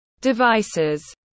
devices